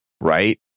right